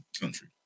country